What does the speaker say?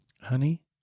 Honey